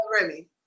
Remy